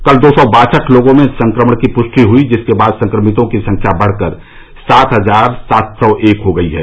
कल दो सौ बासठ लोगों में संक्रमण की पृष्टि हुयी जिसके बाद संक्रमितों की संख्या बढ़कर सात हजार सात सौ एक हो गई है